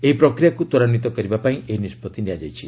ଏହି ପ୍ରକ୍ରିୟାକୁ ତ୍ୱରାନ୍ଧିତ କରିବା ପାଇଁ ଏହି ନିଷ୍ପତ୍ତି ନିଆଯାଇଛି